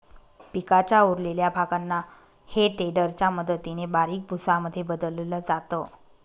पिकाच्या उरलेल्या भागांना हे टेडर च्या मदतीने बारीक भुसा मध्ये बदलल जात